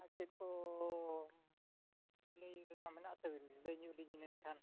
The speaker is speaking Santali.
ᱟᱨ ᱪᱮᱫ ᱠᱚ ᱞᱟᱹᱭ ᱨᱮᱱᱟᱜ ᱢᱮᱱᱟᱜᱼᱟ ᱛᱟᱹᱵᱤᱱ ᱞᱟᱹᱭ ᱧᱚᱜᱽ ᱟᱹᱞᱤᱧ ᱵᱮᱱ ᱢᱮᱱᱠᱷᱟᱱ